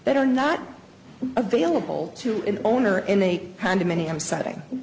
that are not available to an owner in a condominium setting